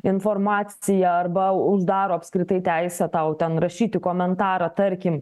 informaciją arba uždaro apskritai teisę tau ten rašyti komentarą tarkim